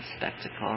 spectacle